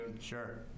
Sure